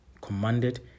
commanded